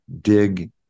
dig